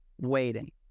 waiting